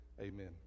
Amen